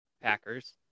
Packers